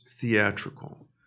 theatrical